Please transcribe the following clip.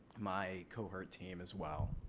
my cohort team as well.